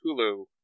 Hulu